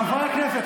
חברי הכנסת,